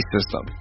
System